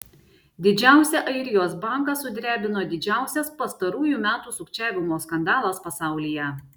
didžiausią airijos banką sudrebino didžiausias pastarųjų metų sukčiavimo skandalas pasaulyje